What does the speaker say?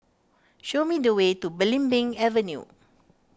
show me the way to Belimbing Avenue